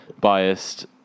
biased